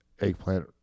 eggplant